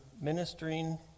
ministering